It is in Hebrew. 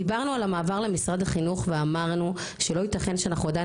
דיברנו על המעבר למשרד החינוך ואמרנו שלא ייתכן שאנחנו עדיין